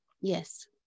Yes